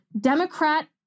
Democrat